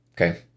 okay